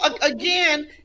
again